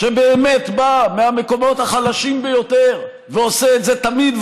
שבאמת בא מהמקומות החלשים ביותר ועושה את זה תמיד,